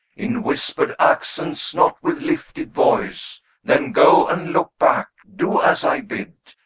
in whispered accents, not with lifted voice then go and look back. do as i bid,